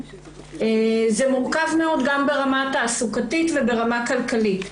זה מורכב מאוד גם ברמה התעסוקתית וברמה כלכלית.